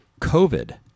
COVID